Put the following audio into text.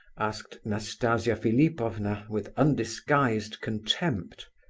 asked nastasia philipovna, with undisguised contempt.